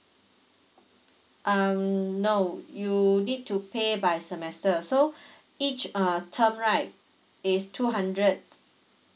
um no you need to pay by semester so each uh term right is two hundred